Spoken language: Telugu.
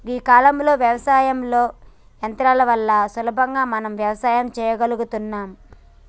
గీ కాలంలో యవసాయంలో యంత్రాల వల్ల సులువుగా మనం వ్యవసాయం సెయ్యగలుగుతున్నం